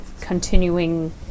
continuing